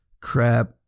crap